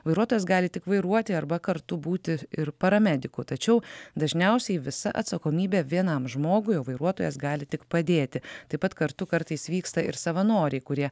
vairuotojas gali tik vairuoti arba kartu būti ir paramediku tačiau dažniausiai visa atsakomybė vienam žmogui o vairuotojas gali tik padėti taip pat kartu kartais vyksta ir savanoriai kurie